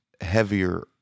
heavier